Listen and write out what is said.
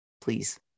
Please